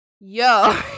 yo